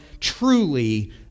truly